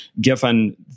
given